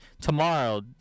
tomorrow